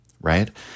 right